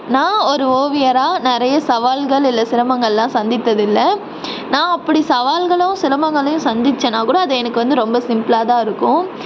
நான் ஒரு ஓவியரா நிறைய சவால்கள் இல்லை சிரமங்களெலாம் சந்தித்தது இல்லை நான் அப்படி சவால்களும் சிரமங்களும் சந்தித்தேன்னா கூட அது எனக்கு வந்து ரொம்ப சிம்பிளாக தான் இருக்கும்